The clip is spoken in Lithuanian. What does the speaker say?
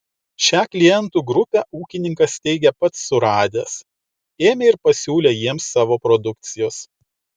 šią klientų grupę ūkininkas teigia pats suradęs ėmė ir pasiūlė jiems savo produkcijos